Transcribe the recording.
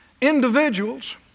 individuals